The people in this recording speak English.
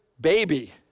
baby